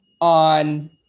on